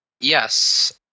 Yes